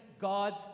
God's